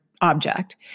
object